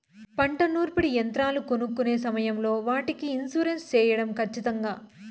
పంట నూర్పిడి యంత్రాలు కొనుక్కొనే సమయం లో వాటికి ఇన్సూరెన్సు సేయడం ఖచ్చితంగా?